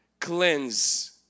cleanse